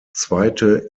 zweite